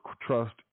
trust